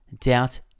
doubt